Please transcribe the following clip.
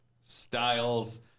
Styles